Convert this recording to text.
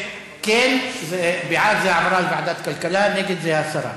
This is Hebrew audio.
זה העברה לוועדת הכלכלה, נגד, זה הסרה.